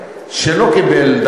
שלא קיבל,